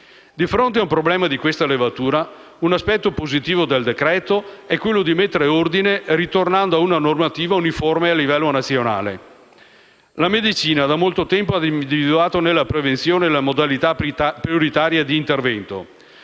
Di fronte ad un problema di questa levatura, un aspetto positivo del decreto-legge è quello di mettere ordine ritornando ad una normativa uniforme a livello nazionale. Da molto tempo la medicina ha individuato nella prevenzione la modalità prioritaria di intervento.